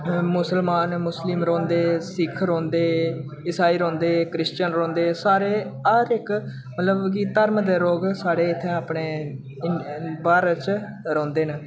मुसलमान मुस्लिम रौह्न्दे सिक्ख रौह्न्दे ईसाई रौह्न्दे क्रिस्चन रौह्न्दे सारे हर एक मतलब कि धर्म दे लोग स्हाड़े इत्थै अपने भारत च रौह्न्दे न